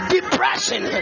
Depression